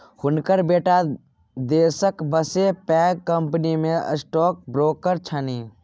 हुनकर बेटा देशक बसे पैघ कंपनीमे स्टॉक ब्रोकर छनि